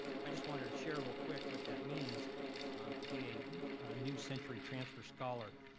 i just wanted to share real quick what that means to be a new century transfer scholar.